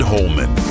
Holman